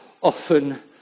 often